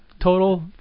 Total